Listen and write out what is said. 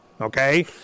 Okay